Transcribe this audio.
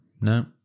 No